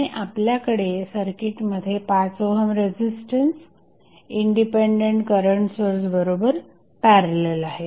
आणि आपल्याकडे सर्किटमध्ये 5 ohm resistance independent current source बरोबर पॅरलल आहे